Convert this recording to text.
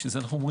כשאתה מסתכל על